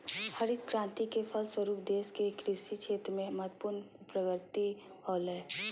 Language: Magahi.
हरित क्रान्ति के फलस्वरूप देश के कृषि क्षेत्र में महत्वपूर्ण प्रगति होलय